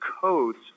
codes